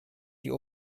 die